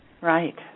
Right